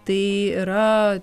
tai yra